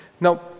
Now